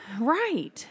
Right